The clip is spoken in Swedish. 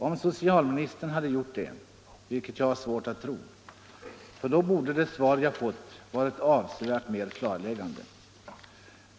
Om socialministern gjort det, vilket jag har svårt att tro, borde det svar jag fått ha varit avsevärt mer klarläggande.